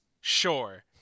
sure